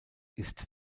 ist